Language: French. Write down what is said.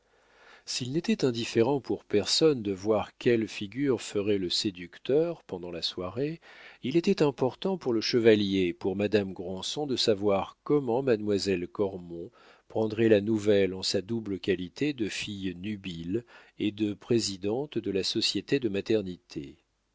s'il n'était indifférent pour personne de voir quelle figure ferait le séducteur pendant la soirée il était important pour le chevalier et pour madame granson de savoir comment mademoiselle cormon prendrait la nouvelle en sa double qualité de fille nubile et de présidente de la société de maternité